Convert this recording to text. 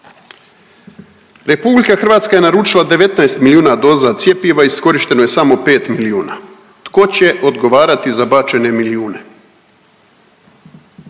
o milijardama. RH je naručila 19 milijuna doza cjepiva, iskorišteno je samo 5 milijuna, tko će odgovarati za bačene milijune?